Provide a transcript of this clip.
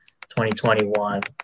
2021